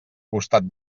costat